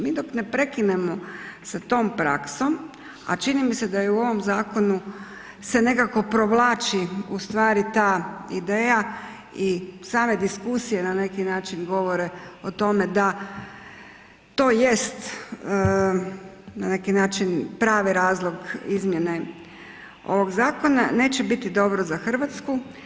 Mi dok ne prekinemo sa tom praksom, a čini mi se da i u ovom zakonu se nekako provlači u stvari ta ideja i same diskusije na neki način govore o tome da to jest na neki način pravi razlog izmjene ovog zakona, neće biti dobro za Hrvatsku.